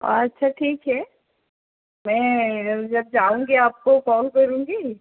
वो अच्छा ठीक है मैं जब जाऊँगी आपको कॉल करूँगी